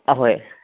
ꯑꯍꯣꯏ